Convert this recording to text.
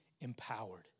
empowered